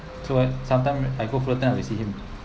so I sometime I go fullerton I will see him